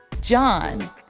John